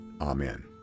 Amen